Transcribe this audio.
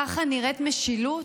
ככה נראית משילות?